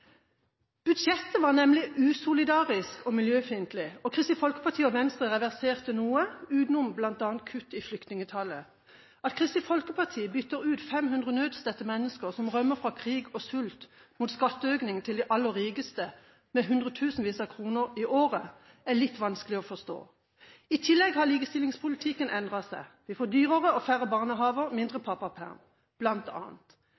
Budsjettet var nemlig usolidarisk og miljøfiendtlig. Kristelig Folkeparti og Venstre reverserte noe, utenom kutt i flyktningetallet, bl.a. At Kristelig Folkeparti bytter ut 500 nødstedte mennesker som rømmer fra krig og sult, mot skatteøkning på hundretusenvis av kroner i året til de aller rikeste, er litt vanskelig å forstå. I tillegg har likestillingspolitikken endret seg. Vi får bl.a. dyrere og færre barnehager